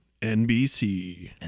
NBC